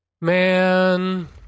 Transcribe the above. Man